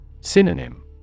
Synonym